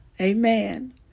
Amen